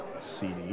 CD